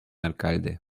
alcalde